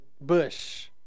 bush